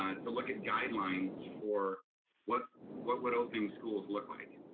ah to look at guidelines for what what would opening schools look like.